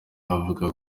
avuga